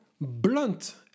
blunt